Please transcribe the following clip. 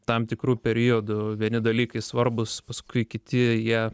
tam tikru periodu vieni dalykai svarbūs paskui kiti ją